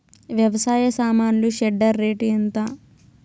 వ్యవసాయ సామాన్లు shredder rate ఎంత?